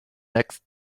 next